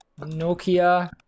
Nokia